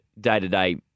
day-to-day